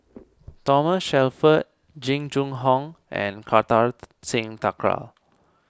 Thomas Shelford Jing Jun Hong and Kartar Singh Thakral